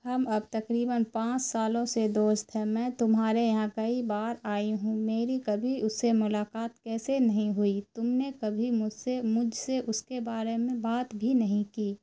ہم اب تکریباً پانچ سالوں سے دوست ہیں میں تمہارے یہاں کئی بار آئی ہوں میری کبھی اس سے ملاقات کیسے نہیں ہوئی تم نے کبھی مجھ سے مجھ سے اس کے بارے میں بات بھی نہیں کی